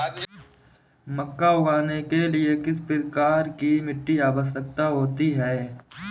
मक्का उगाने के लिए किस प्रकार की मिट्टी की आवश्यकता होती है?